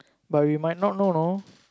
but we might not know know